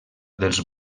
dels